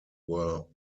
were